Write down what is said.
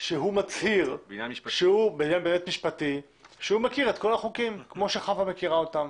שהוא מצהיר בעניין משפטי שהוא מכיר את כל החוקים כמו שאת מכירה אותם.